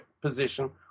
position